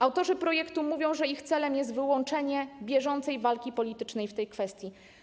Autorzy projektu mówią, że ich celem jest wyłączenie bieżącej walki politycznej w tej kwestii.